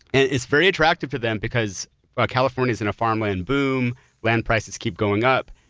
and it's very attractive to them because ah california is in a farmland boom land prices keep going up.